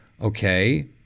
Okay